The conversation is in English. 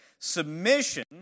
Submission